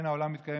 אין העולם מתקיים,